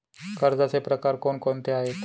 कर्जाचे प्रकार कोणकोणते आहेत?